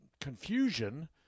confusion